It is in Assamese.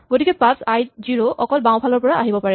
গতিকে পাথছআই ০ অকল বাওঁফালৰ পৰা আহিব পাৰে